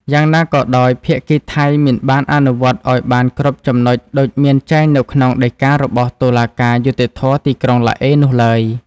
យ៉ាងណាក៏ដោយភាគីថៃមិនបានអនុវត្តឲ្យបានគ្រប់ចំណុចដូចមានចែងនៅក្នុងដីការបស់តុលាការយុត្តិធម៌ទីក្រុងឡាអេនោះឡើយ។